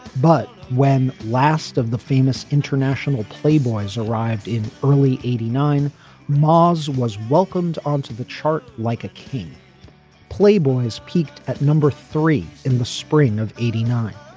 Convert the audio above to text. but when last of the famous international playboys arrived in early eighty nine mars was welcomed onto the chart like a king playboys peaked at number three in the spring of eighty nine.